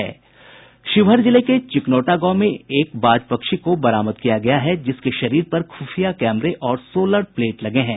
शिवहर जिले के चिकनौटा गांव से एक बाज पक्षी को बरामद किया गया है जिसके शरीर पर खुफिया कैमरे और सोलर प्लेट लगे हैं